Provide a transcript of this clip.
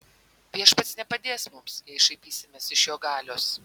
viešpats nepadės mums jei šaipysimės iš jo galios